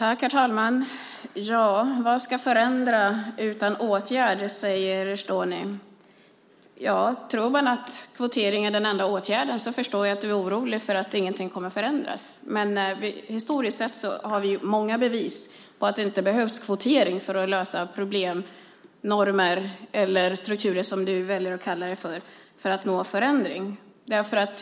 Herr talman! Reshdouni undrar hur detta ska förändras om man inte vidtar åtgärder. Om du tror att kvotering är den enda åtgärden förstår jag att du är orolig för att ingenting kommer att förändras. Men historiskt sett har vi många bevis på att det inte behövs kvotering för att nå förändring, för att lösa problem och förändra normer - eller strukturer som du väljer att kalla det för.